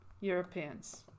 Europeans